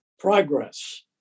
Progress